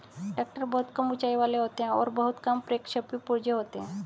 tractor बहुत कम ऊँचाई वाले होते हैं और बहुत कम प्रक्षेपी पुर्जे होते हैं